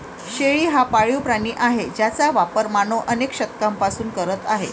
शेळी हा पाळीव प्राणी आहे ज्याचा वापर मानव अनेक शतकांपासून करत आहे